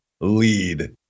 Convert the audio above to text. lead